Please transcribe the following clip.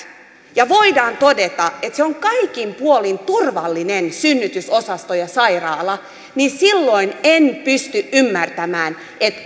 ja voidaan todeta että se on kaikin puolin turvallinen synnytysosasto ja sairaala niin silloin en pysty ymmärtämään